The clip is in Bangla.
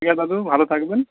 ঠিক আছে দাদু ভালো থাকবেন